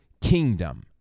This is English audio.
kingdom